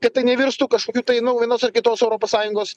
kad tai nevirstų kažkokiu tai nu vienos ar kitos europos sąjungos